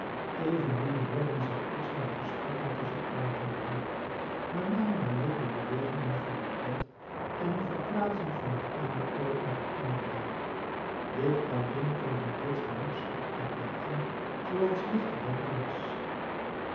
evenmin hoorden zij iets van de gesprekken tusschen aladdin en hem maar namen alleen de bewegingen van hun bed en de verplaatsing van t eene oord naar t andere waar dit alleen kon hun reeds genoeg schrik aanjagen zooals licht te denken is